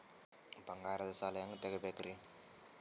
ಬಂಗಾರದ್ ಸಾಲ ಹೆಂಗ್ ತಗೊಬೇಕ್ರಿ?